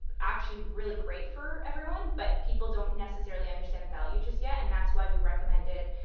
actually really great for everyone, but people don't necessarily understand the value just yet. and that's why we recommended,